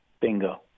Bingo